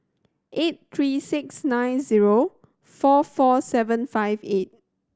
eight three six nine zero four four seven five eight